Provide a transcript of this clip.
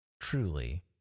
truly